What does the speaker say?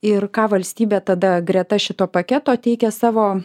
ir ką valstybė tada greta šito paketo teikia savo